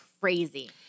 crazy